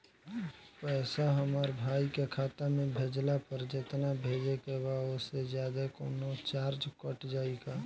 पैसा हमरा भाई के खाता मे भेजला पर जेतना भेजे के बा औसे जादे कौनोचार्ज कट जाई का?